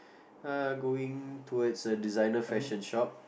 uh going towards a designer fashion shop